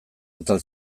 atal